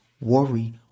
worry